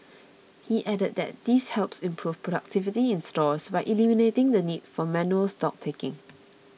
he added that this helps improve productivity in stores by eliminating the need for manual stock taking